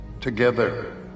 together